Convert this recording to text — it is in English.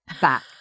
back